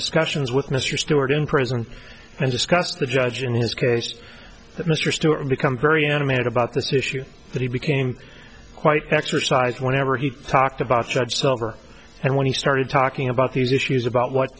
discussions with mr stewart in prison and discuss the judge in his case that mr stewart become very animated about this issue that he became quite exercised whenever he talked about judge silver and when he started talking about these issues about what